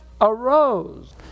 arose